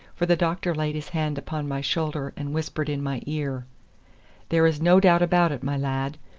for the doctor laid his hand upon my shoulder and whispered in my ear there is no doubt about it, my lad.